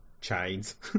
chains